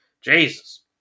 Jesus